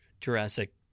Jurassic